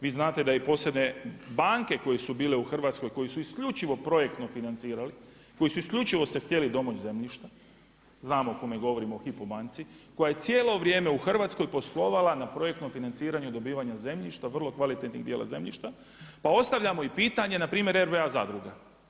Vi znate da i … banke koje su bile u Hrvatskoj koje su isključivo projektno financirali, koji isključivo su htjeli domoć zemljišta, znamo o kome govorimo o HYPO banci, koja je cijelo vrijeme u Hrvatskoj poslovala na projektnom financiranju dobivanja zemljišta, vrlo kvalitetnih dijela zemljišta, pa ostavljamo i pitanje npr. RBA zadruga.